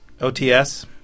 OTS